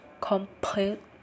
complete